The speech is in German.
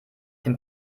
dem